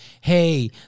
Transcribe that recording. hey